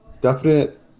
definite